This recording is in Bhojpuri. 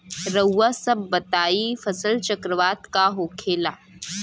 रउआ सभ बताई फसल चक्रवात का होखेला?